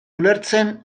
ulertzen